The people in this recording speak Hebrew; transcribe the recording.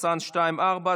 פ/213/24,